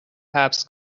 حبس